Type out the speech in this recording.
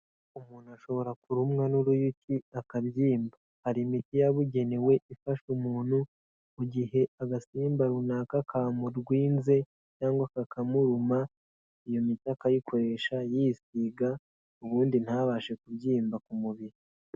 Umuntu ashobora kurumwa n'uruyuki akabyimba, hari imiti yabugenewe ifasha umuntu mu gihe agasimba runaka kamudwize cyangwa kakamuruma, iyo miti akayikoresha yisiga, ubundi ntabashe kubyimba ku mubiri.